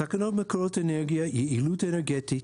תקנות מקורות אנרגיה (יעילות אנרגטית,